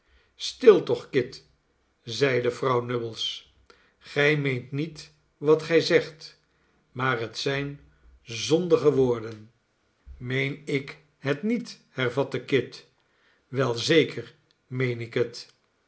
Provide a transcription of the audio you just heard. stil toch kit zeide vrouw nubbles gij meent niet wat gij zegt maar het zijn zondige woorden meen ik het niet hervatte kit wei zeker meen ik het